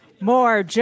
More